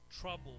Trouble